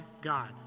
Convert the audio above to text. God